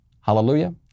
Hallelujah